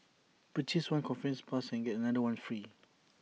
purchase one conference pass and get another one free